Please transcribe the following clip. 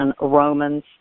Romans